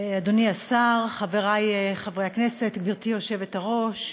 אדוני השר, חברי חברי הכנסת, גברתי היושבת-ראש,